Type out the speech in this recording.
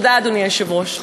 תודה, אדוני היושב-ראש.